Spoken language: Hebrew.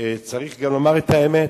צריך גם לומר את האמת,